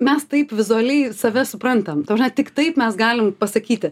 mes taip vizualiai save suprantam tik taip mes galim pasakyti